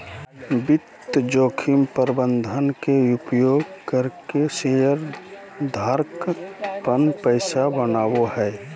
वित्तीय जोखिम प्रबंधन के उपयोग करके शेयर धारक पन पैसा बनावय हय